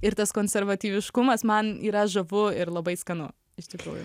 ir tas konservatyviškumas man yra žavu ir labai skanu iš tikrųjų